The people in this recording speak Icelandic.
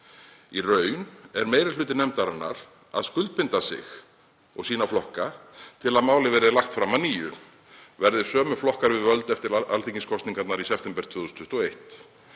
Í raun er meiri hluti nefndarinnar að skuldbinda sig, og sína flokka, til að málið verði lagt fram að nýju, verði sömu flokkar við völd eftir alþingiskosningarnar í september 2021.